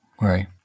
right